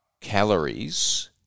calories